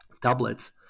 tablets